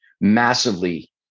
massively